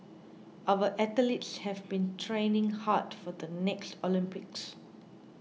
our athletes have been training hard for the next Olympics